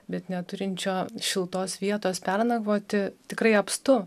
bet neturinčio šiltos vietos pernakvoti tikrai apstu